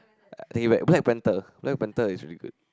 take it back Black Panther Black-Panther is really good